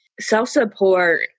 self-support